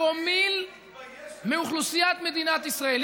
שלא מהווים פרומיל של פרומיל של פרומיל מאוכלוסיית מדינת ישראל.